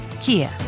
Kia